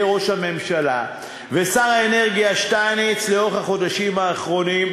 ראש הממשלה ושר האנרגיה שטייניץ לאורך החודשים האחרונים,